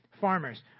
farmers